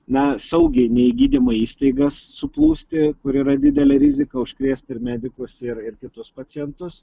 na saugiai ne į gydymo įstaigas suplūsti kur yra didelė rizika užkrėst ir medikus ir ir kitus pacientus